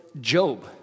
Job